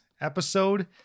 episode